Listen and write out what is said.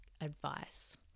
advice